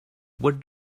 what